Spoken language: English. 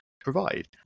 provide